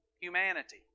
humanity